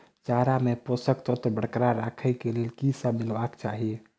चारा मे पोसक तत्व बरकरार राखै लेल की सब मिलेबाक चाहि?